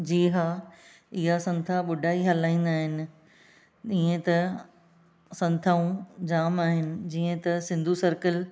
जी हा इहा संस्था ॿुढा ई हलाईंदा आहिनि ईअं त संस्थाऊं जाम आहिनि जीअं त सिंधु सर्कल